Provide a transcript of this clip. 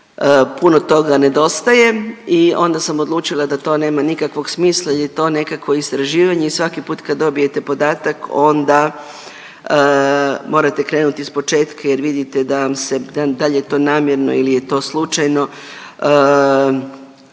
puno toga nedostaje i onda sam odlučila da to nema nikakvog smisla jer je to nekakvo istraživanje i svaki put kad dobijete podatak onda morate krenuti ispočetka jer vidite da vam se da li je to namjerno ili je to slučajno